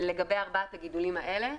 לגבי ארבעת הגידולים האלה?